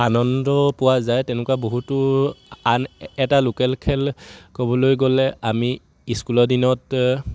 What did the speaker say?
আনন্দ পোৱা যায় তেনেকুৱা বহুতো আন এটা লোকেল খেল ক'বলৈ গ'লে আমি স্কুলৰ দিনত